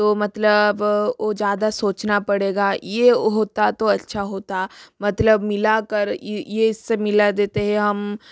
तो मतलब ओ ज़्यादा सोचना पड़ेगा ये होता तो अच्छा होता मतलब मिलाकर ये इससे मिला देते हैं हम